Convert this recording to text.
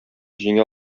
җиңә